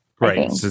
Right